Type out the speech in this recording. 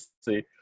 see